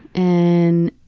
and